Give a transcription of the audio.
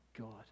God